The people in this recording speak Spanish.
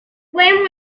fue